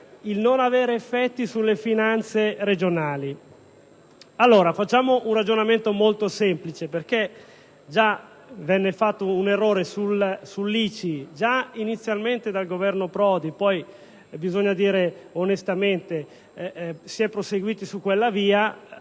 il non determinare effetti sulle finanze regionali. Facciamo un ragionamento molto semplice, perché già si fece un errore sull'ICI , inizialmente dal Governo Prodi; poi - bisogna dirlo onestamente - si è proseguito su quella via,